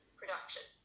production